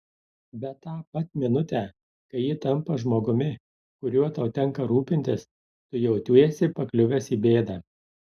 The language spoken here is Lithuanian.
bet tą pat minutę kai ji tampa žmogumi kuriuo tau tenka rūpintis tu jautiesi pakliuvęs į bėdą